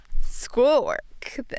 schoolwork